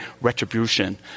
retribution